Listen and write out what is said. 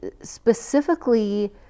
specifically